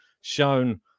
shown